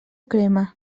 crema